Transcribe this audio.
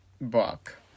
book